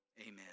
amen